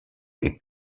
est